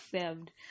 served